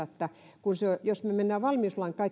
että jos me menemme valmiuslain